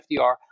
FDR